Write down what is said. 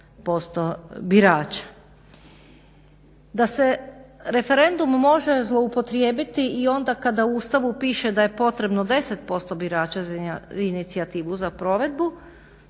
Da se referendum može zloupotrijebiti i onda kada u Ustavu piše da je potrebno 10% birača za inicijativu za provedbu